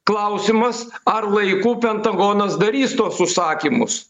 klausimas ar laiku pentagonas darys tuos užsakymus